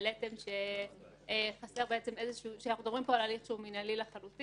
העליתם שאנחנו מדברים פה על הליך מינהלי לחלוטין,